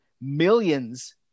millions